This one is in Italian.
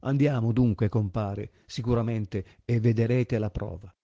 andiamo dunque compare sicuramente e vederete la prova